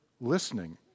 listening